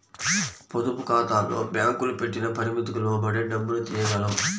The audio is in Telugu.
పొదుపుఖాతాల్లో బ్యేంకులు పెట్టిన పరిమితికి లోబడే డబ్బుని తియ్యగలం